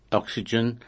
oxygen